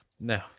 no